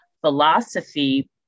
philosophy